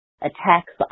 attacks